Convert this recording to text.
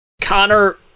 Connor